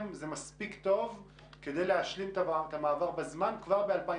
זה מספיק טוב כדי להשלים את המעבר בזמן כבר ב-2026.